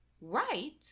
right